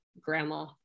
grandma